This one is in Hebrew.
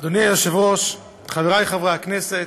אדוני היושב-ראש, חבריי חברי הכנסת,